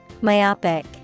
Myopic